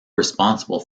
responsible